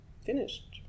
finished